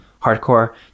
hardcore